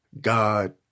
God